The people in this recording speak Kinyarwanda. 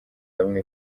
hamwe